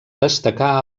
destacar